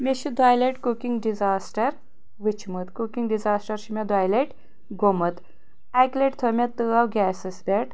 مے چھِ دوٚیہِ لَٹۍ کُکِنٛگ ڈِزاسٹَر وٕچھمٕت کُکِنٛگ ڈِزاسٹَر چھُ مے دوٚیہِ لَٹۍ گومُت اکہِ لَٹہِ تھٲو مے تٲو گیسَس پٮ۪ٹھ